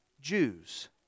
Jews